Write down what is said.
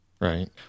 right